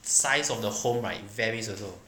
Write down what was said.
size of the home right varies also